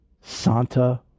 Santa